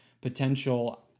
potential